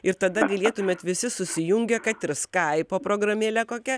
ir tada galėtumėt visi susijungę kad ir skaipo programėle kokia